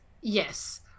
yes